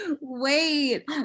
Wait